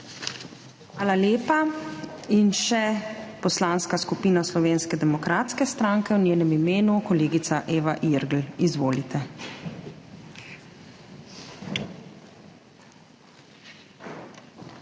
Hvala lepa. Še Poslanska skupina Slovenske demokratske stranke, v njenem imenu kolegica Eva Irgl. Izvolite. EVA IRGL